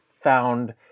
found